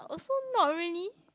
to not really